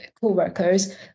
co-workers